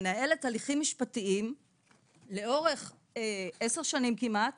מנהלת הליכים משפטיים לאורך עשר שנים כמעט